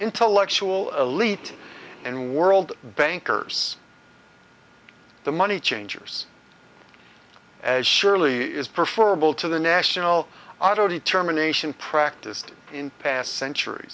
intellectual elite and world bankers the money changers as surely as perform to the national auto determination practiced in past centur